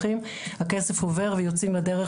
הכסף עובר ויוצאים לדרך,